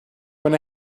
when